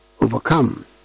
overcome